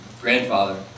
grandfather